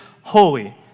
holy